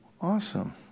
Awesome